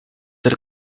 del